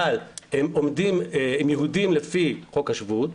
אבל הם יהודים לפי חוק השבות,